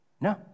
No